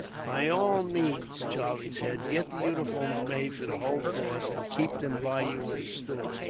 by all means, charlie said, get the uniforms made for the whole force, and keep them by you in store.